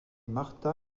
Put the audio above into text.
marta